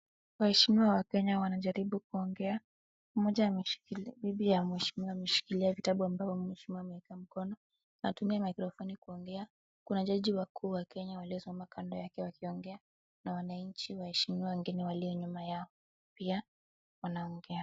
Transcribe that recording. Waheshimiwa wa Kenya wanajaribu kuongea. Mmoja, bibi ya mheshimkiwa ameshikilia vitabu ambayo mheshimiwa ameweka mkono. Anatumia mikrofoni kuongea. Kuna jaji wakuu wa Kenya waliosimama kando yake wakiongea na wanachi waheshimiwa wengine walio nyuma yao pia wanaongea.